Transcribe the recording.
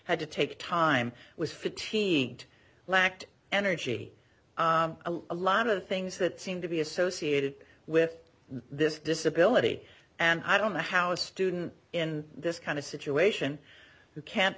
had to take time was fatigued lacked energy a lot of the things that seem to be associated with this disability and i don't know how a student in this kind of situation who can't